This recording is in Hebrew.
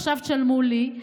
עכשיו תשלמו לי.